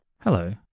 Hello